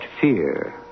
fear